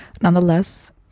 nonetheless